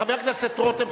חבר הכנסת רותם,